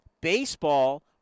Baseball